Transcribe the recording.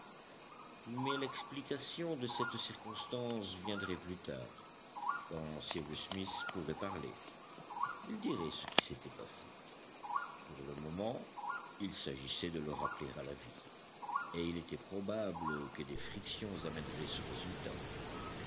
mais l'explication de cette circonstance viendrait plus tard quand cyrus smith pourrait parler il dirait ce qui s'était passé pour le moment il s'agissait de le rappeler à la vie et il était probable que des frictions amèneraient ce résultat